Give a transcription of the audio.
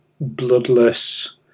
bloodless